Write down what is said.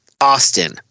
Austin